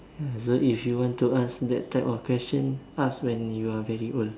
so if you want to ask that type of question ask when you are very old